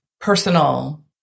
personal